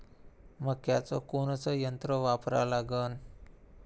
मक्याचं कोनचं यंत्र वापरा लागन?